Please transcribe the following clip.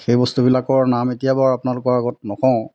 সেই বস্তুবিলাকৰ নাম এতিয়া বাৰু আপোনালোকৰ আগত নকওঁ